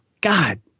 God